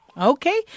Okay